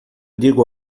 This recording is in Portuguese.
digo